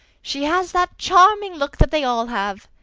she has that charming look that they all have,